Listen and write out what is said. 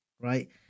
right